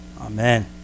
Amen